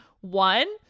One